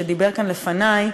שדיבר כאן לפני,